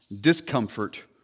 discomfort